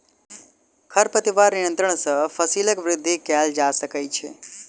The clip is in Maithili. खरपतवार नियंत्रण सॅ फसीलक वृद्धि कएल जा सकै छै